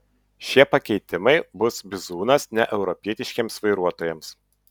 šie pakeitimai bus bizūnas neeuropietiškiems vairuotojams